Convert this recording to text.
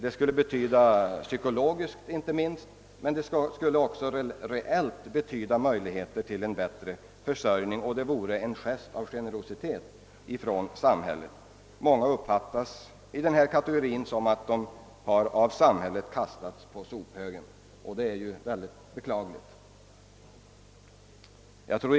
Det skulle ha inte minst psykologisk betydelse, men det skulle också reellt medföra möjligheter till en bättre försörjning, och det vore en gest av generositet från samhället. Många i denna kategori anser att de av samhället har kastats på sophögen, och det är mycket beklagligt.